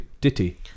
ditty